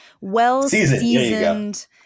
well-seasoned